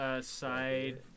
Side